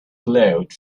glowed